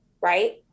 right